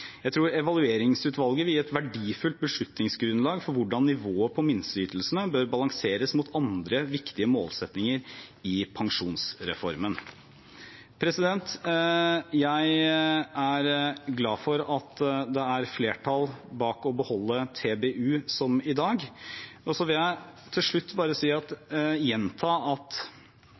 Jeg tror at evalueringsutvalget vil gi et verdifullt beslutningsgrunnlag for hvordan nivået på minsteytelsene bør balanseres mot andre viktige målsettinger i pensjonsreformen. Jeg er glad for at det er flertall for å beholde Teknisk beregningsutvalg, TBU, som i dag. Så vil jeg til slutt gjenta at jeg mener det har en selvstendig verdi at